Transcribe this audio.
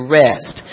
rest